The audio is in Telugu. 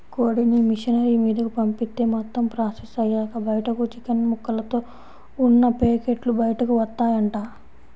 కోడిని మిషనరీ మీదకు పంపిత్తే మొత్తం ప్రాసెస్ అయ్యాక బయటకు చికెన్ ముక్కలతో ఉన్న పేకెట్లు బయటకు వత్తాయంట